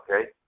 okay